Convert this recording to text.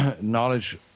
knowledge